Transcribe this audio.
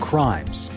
crimes